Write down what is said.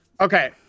Okay